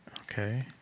Okay